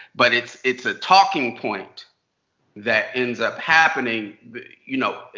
but it's it's a talking point that ends up happening you know.